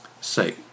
Say